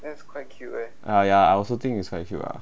ah ya I also think is very cute